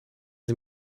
sie